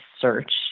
search